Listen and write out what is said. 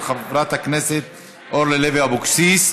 של חברת הכנסת אורלי לוי אבקסיס.